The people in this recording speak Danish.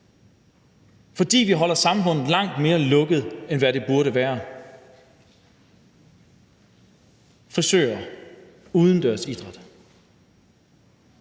fordi vi holder samfundet langt mere lukket, end hvad det burde være. Det gælder frisører og udendørs idræt.